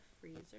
freezer